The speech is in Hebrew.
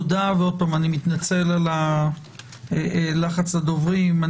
תודה, ועוד פעם אני מתנצל על לחץ הדוברים.